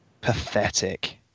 pathetic